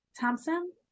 Thompson